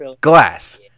Glass